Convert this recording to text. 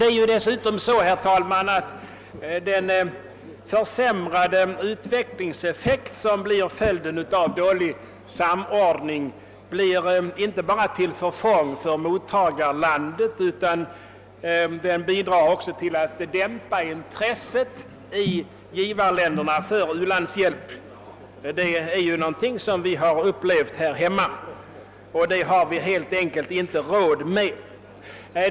— Dessutom är det så, herr talman, att den försämrade utvecklingseffekt som följer av dålig samordning inte bara blir till förfång för mottagarlandet utan också bidrar till att i givarländerna dämpa intresset för u-landshjälpen. Vi har upplevt detta här hemma, och det är någonting som vi helt enkelt inte har råd med.